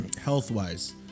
health-wise